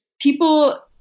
people